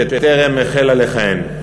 שטרם החלה לכהן.